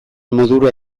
modura